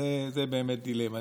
אז זו באמת דילמה.